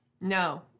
No